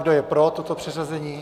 Kdo je pro toto přeřazení?